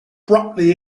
abruptly